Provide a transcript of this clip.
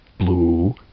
blue